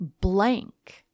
blank